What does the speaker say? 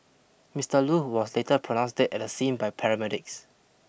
Mister Loo was later pronounced dead at the scene by paramedics